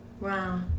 wow